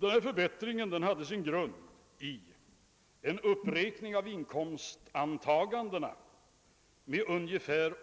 Den förbättringen hade i huvudsak sin grund i en uppräkning av inkomstantagandena med ungefär